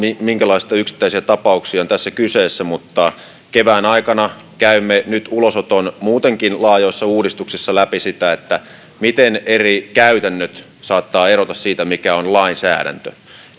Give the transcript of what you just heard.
minkälaisista yksittäisistä tapauksista on tässä kyse mutta kevään aikana käymme nyt ulosoton muutenkin laajoissa uudistuksissa läpi sitä miten eri käytännöt saattavat erota siitä mikä on lainsäädäntö